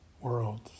worlds